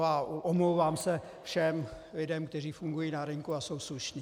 A omlouvám se všem lidem, kteří fungují na rynku a jsou slušní.